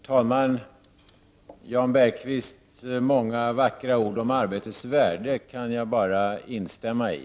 Herr talman! Jan Bergqvists många vackra ord om arbetets värde kan jag bara instämma i.